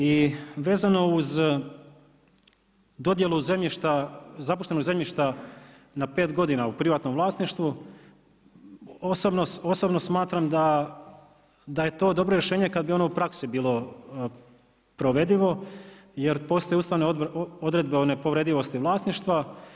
I vezano uz dodjelu zemljišta, zapuštenog zemljišta na 5 godina u privatnom vlasništvu, osobno smatram da je to dobro rješenje kada bi ono u praksi bilo provedivo jer postoje ustavne odredbe o nepovredivosti vlasništva.